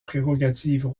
prérogatives